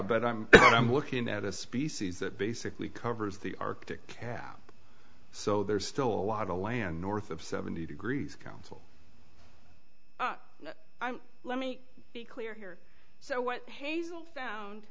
but i'm not i'm looking at a species that basically covers the arctic cap so there's still a lot of land north of seventy degrees council let me be clear here so what hazel found